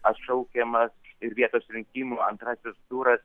atšaukiamas ir vietos rinkimų antrasis turas